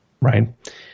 right